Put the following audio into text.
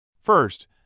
First